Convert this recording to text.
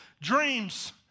dreams